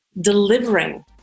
delivering